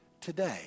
today